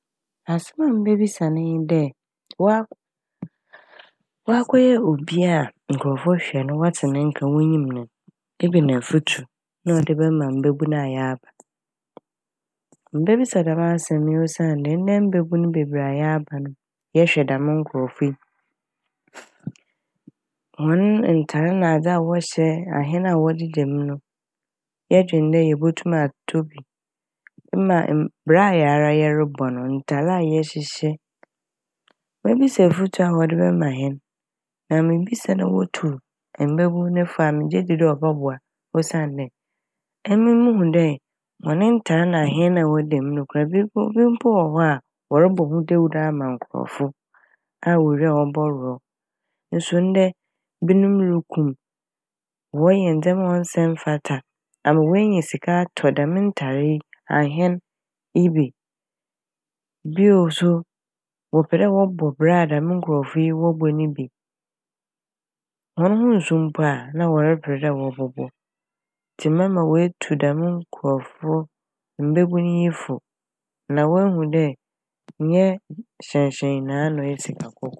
Asɛm a mebisa n' nye dɛ ɔakɔ-ɔakɔyɛ obi a nkorɔfo hwɛ n', wɔtse ne nka, wonyim n' ebɛn efutu na ɔdze bɛma mbabun a yɛaba. Mibebisa dɛm asɛm yi osiandɛ ndɛ mabun bebree a yɛaba no yɛhwɛ dɛm nkorɔfo yi, hɔn ntar nadze a wɔhyɛ ahɛn a wɔdeda mu no yɛdwen dɛ yebotum atɔ bi mma mm- bra a hɛn ara yɛrobɔ no, ntar a yɛhyehyɛ. Mebisa a efutu a wɔdze bɛma hɛn na mibisa na wotu mbabun no fo a megye dzi dɛ ɔbɔboa. Osiandɛ emi muhu dɛ hɔn ntar na hɛn wɔda mu koraa ebi mpo- ebi mpo wɔ hɔ a wɔrobɔ ho dawur ama nkorɔfo a wowie mpo a wɔbɔrow. No so ndɛ ebinom ruku, wɔreyɛ ndzɛma ɔnnsɛ mfata ama woenya sika atɔ dɛm ntar ahen yi bi. Bio so wɔpɛ dɛ wɔbɔbra a dɛm nkorɔfo yi so wɔbɔ yi bi, hɔn ho nso mpo a na wɔreper dɛ wɔbɔbɔ ntsi mɛma woetu dɛm nkorɔfo mababun yi fo na woehu dɛ nnyɛ hyɛnhyɛn nyinaa na ɔyɛ sika kɔkɔɔ.